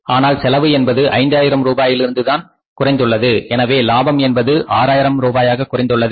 ஆனால் செலவு என்பது 5 ஆயிரம் ரூபாயிலிருந்து தான் குறைந்துள்ளது எனவே லாபம் என்பது ஆயிரம் ரூபாயாக குறைந்துள்ளது